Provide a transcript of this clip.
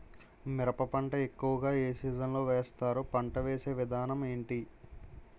మిరప పంట ఎక్కువుగా ఏ సీజన్ లో వేస్తారు? పంట వేసే విధానం ఎంటి?